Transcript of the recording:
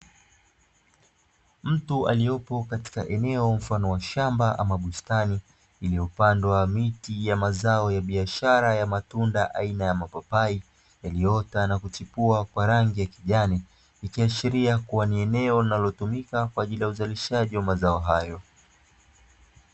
Mtu aliyepo katika eneo mfano wa shamba ama bustani; iliyopandwa miti ya mazao ya biashara ya matunda aina ya mapapai; yaliyota na kuchipua kwa rangi ya kijani, ikiashiria kuwa ni eneo linalotumika kwa ajili ya uzalishaji wa mazao hayo.